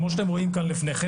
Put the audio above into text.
כמו שאתם רואים כאן לפניכם,